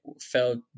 felt